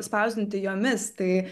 spausdinti jomis tai